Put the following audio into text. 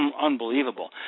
unbelievable